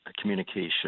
communication